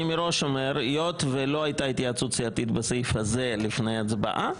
אני אומר מראש: היות ולא הייתה התייעצות סיעתית בסעיף הזה לפני ההצבעה,